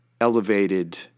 elevated